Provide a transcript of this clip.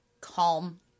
calm